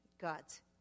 God's